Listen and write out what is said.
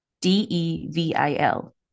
D-E-V-I-L